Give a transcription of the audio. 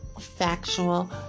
factual